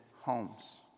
homes